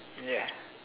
yeah